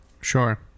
Sure